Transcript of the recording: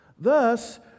Thus